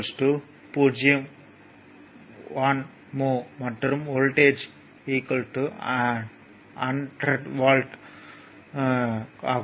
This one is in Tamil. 1 mho மற்றும் வோல்ட்டேஜ் 100 வோல்ட் ஆகும்